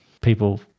people